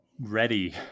ready